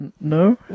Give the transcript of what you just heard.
No